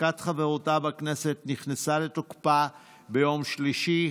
שהפסקת חברותה בכנסת נכנסה לתוקפה ביום שלישי,